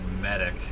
medic